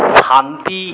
শান্তি